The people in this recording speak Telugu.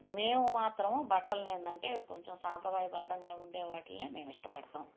మేము మాత్రం బట్టలని ఏంటంటే కొంచెం సాంప్రదాయబద్ధంగా ఉండే వాటినే మేము ఇష్టపడుతాం